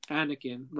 Anakin